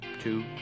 two